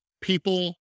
people